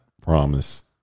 promise